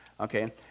okay